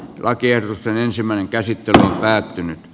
vai kierrosten ensimmäinen käsittely on päättynyt